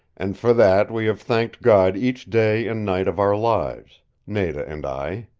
and for that we have thanked god each day and night of our lives nada and i.